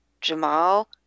Jamal